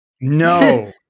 No